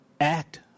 act